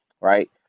right